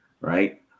Right